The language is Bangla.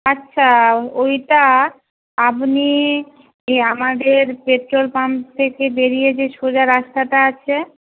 আচ্ছা ওইটা আপনি এই আমাদের পেট্রোল পাম্প থেকে বেরিয়ে যে সোজা রাস্তাটা আছে